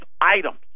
items